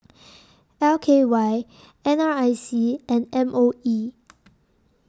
L K Y N R I C and M O E